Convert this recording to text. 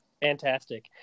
Fantastic